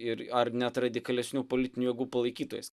ir ar net radikalesnių politinių jėgų palaikytojais